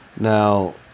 now